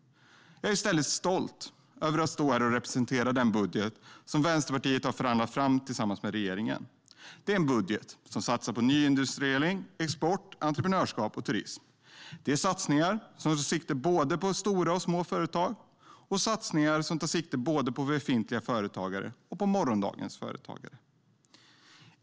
Jag är i stället stolt över att representera den budget som Vänsterpartiet har förhandlat fram tillsammans med regeringen. Det är en budget som satsar på nyindustrialisering, export, entreprenörskap och turism. Det är satsningar som tar sikte på både stora och små företag, och det är satsningar som tar sikte på både befintliga företagare och morgondagens företagare.